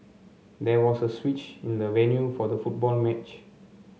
there was a switch in the venue for the football match